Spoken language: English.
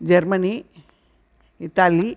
Germany Italy